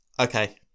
okay